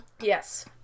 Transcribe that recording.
Yes